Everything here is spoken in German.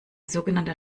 sogenannter